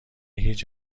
هیچ